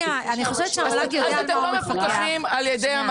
שנייה, אני חושבת שהמל"ג יודע על מה הוא מפקח.